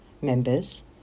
members